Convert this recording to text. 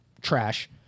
Trash